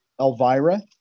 Elvira